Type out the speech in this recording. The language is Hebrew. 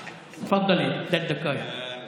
מי יאתגר את חבר הכנסת טיבי כשהוא בסוף?